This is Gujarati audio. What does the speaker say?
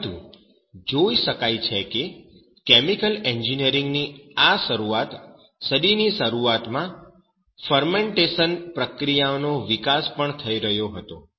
પરંતુ જોઈ શકાય છે કે કેમિકલ એન્જિનિયરિંગની આ શરૂઆત સદીની શરૂઆતમાં ફરમેન્ટેશન પ્રક્રિયાનો વિકાસ પણ થઈ રહ્યો હતો